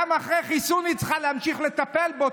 גם אחרי חיסון היא צריכה להמשיך לטפל בו.